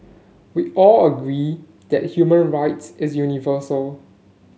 we all agree that human rights is universal